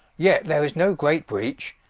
yet there is no great breach,